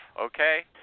okay